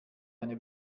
eine